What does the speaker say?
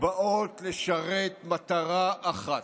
באות לשרת מטרה אחת,